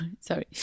Sorry